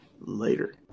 later